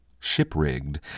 ship-rigged